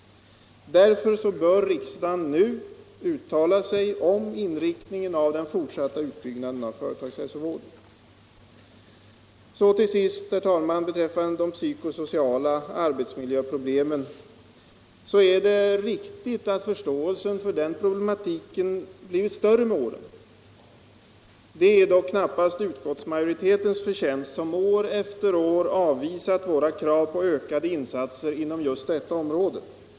Därför bör riksdagen nu uttala sig om inriktningen av den fortsatta utbyggnaden av företagshälsovården. Så till sist något om de psykosociala arbetsmiljöproblemen. Det är riktigt att förståelsen för den problematiken har blivit större med åren. Detta är dock knappast utskottsmajoritetens förtjänst, som år efter år har avvisat våra krav på ökade insatser inom detta område.